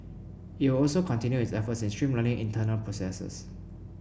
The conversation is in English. it will also continue its efforts in streamlining internal processes